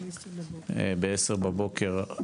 בעשר בבוקר,